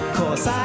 cause